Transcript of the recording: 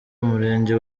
umurenge